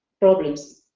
problems.